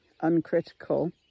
uncritical